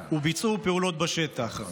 אצלו ציוד יקר וביצעו פעולות בשטח.